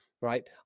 right